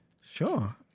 Sure